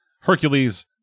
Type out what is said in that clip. Hercules